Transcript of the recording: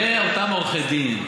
לגבי אותם עורכי דין,